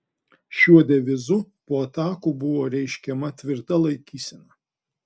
šiuo devizu po atakų buvo reiškiama tvirta laikysena